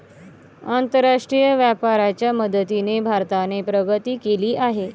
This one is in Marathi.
आंतरराष्ट्रीय व्यापाराच्या मदतीने भारताने प्रगती केली आहे